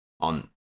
on